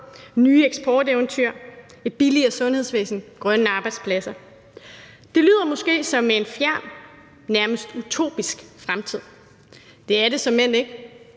nye eksporteventyr, et billigere sundhedsvæsen, grønne arbejdspladser. Det lyder måske som en fjern, nærmest utopisk fremtid, men det er det såmænd ikke.